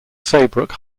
saybrook